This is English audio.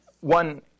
One